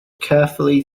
carefully